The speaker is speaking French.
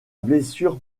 blessure